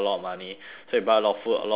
so we buy a lot of food a lot of drinks